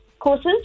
Courses